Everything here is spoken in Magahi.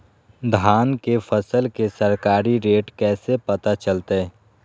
धान के फसल के सरकारी रेट कैसे पता चलताय?